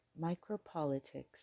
micropolitics